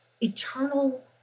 eternal